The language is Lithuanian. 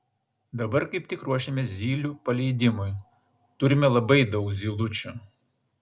dabar kaip tik ruošiamės zylių paleidimui turime labai daug zylučių